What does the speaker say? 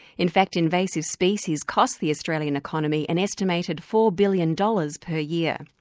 in fact invasive species cost the australian economy an estimated four billion dollars per year.